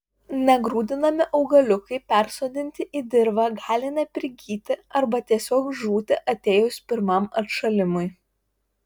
negrūdinami augaliukai persodinti į dirvą gali neprigyti arba tiesiog žūti atėjus pirmam atšalimui